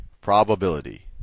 Probability